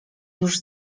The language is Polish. już